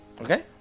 Okay